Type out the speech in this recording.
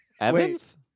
Evans